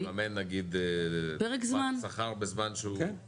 מה, לממן נגיד שכר זמן שהוא --- פרק זמן.